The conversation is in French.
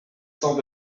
cents